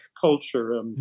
culture